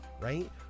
right